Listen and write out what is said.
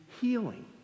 healing